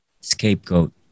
scapegoat